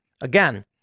Again